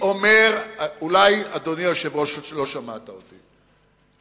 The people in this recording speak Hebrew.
אדוני היושב-ראש, אולי לא שמעת אותי,